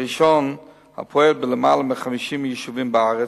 הראשון פועל בלמעלה מ-50 יישובים בארץ